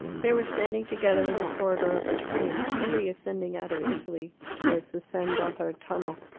they were standing together in the corridor of the train, slowly ascending out of italy towards the san gothard tunnel.